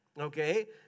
Okay